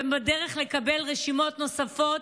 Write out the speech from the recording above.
והם בדרך לקבל רשימות נוספות